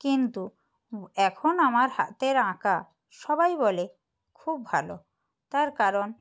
কিন্তু এখন আমার হাতের আঁকা সবাই বলে খুব ভালো তার কারণ